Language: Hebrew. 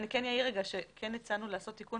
אני כן אעיר שכן הצענו לעשות תיקון